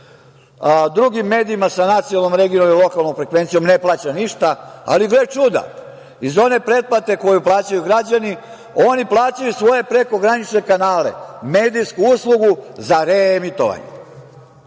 drugim medijima sa nacionalnom, regionalnom ili lokalnom frekvencijom ne plaća ništa, ali, gle čuda, iz one pretplate koje plaćaju građani oni plaćaju svoje prekogranične kanale, medijsku uslugu za reemitovanje. Šta